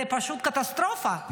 זה פשוט קטסטרופה.